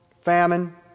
famine